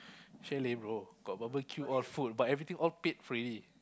chalet bro got barbeque all food but everything all paid already